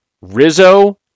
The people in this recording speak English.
Rizzo